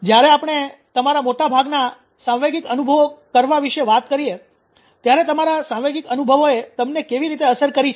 જ્યારે આપણે તમારા મોટાભાગના સાંવેગિક અનુભવો કરવા વિશે વાત કરીએ ત્યારે તમારા સાંવેગિક અનુભવોએ તમને કેવી રીતે અસર કરી છે